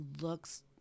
looks